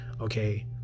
okay